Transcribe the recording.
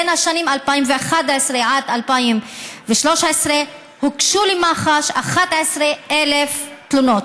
בשנים 2011 2013 הוגשו למח"ש 11,000 תלונות,